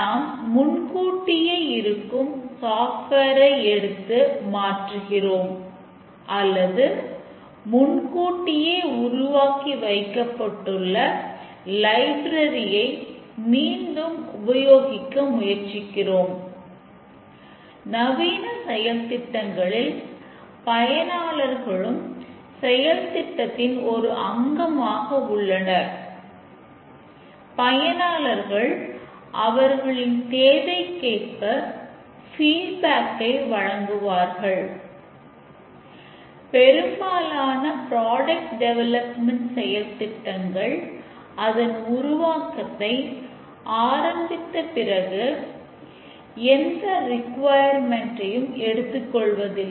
நாம் முன்கூட்டியே இருக்கும் சாஃப்ட்வேர் எடுத்துக்கொள்வதில்லை